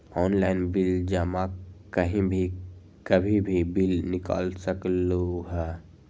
Online bill जमा कहीं भी कभी भी बिल निकाल सकलहु ह?